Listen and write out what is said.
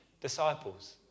disciples